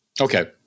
Okay